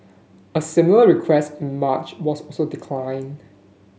a similar request in March was also declined